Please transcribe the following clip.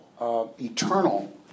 eternal